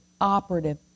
operative